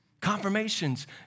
Confirmations